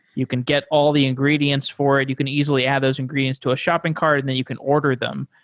you can get all the ingredients for it. you can easily have those ingredients to a shopping cart and then you can order them.